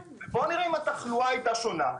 בואו נראה אם התחלואה הייתה שונה,